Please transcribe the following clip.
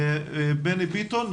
בני ביטון,